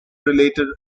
related